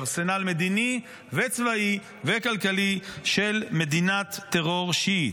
ארסנל מדיני וצבאי וכלכלי של מדינת טרור שיעית.